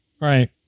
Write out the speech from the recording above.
right